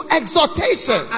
exhortation